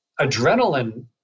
adrenaline